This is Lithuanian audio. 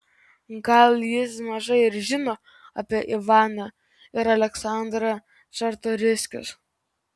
gal jis mažai ir žino apie ivaną ir aleksandrą čartoriskius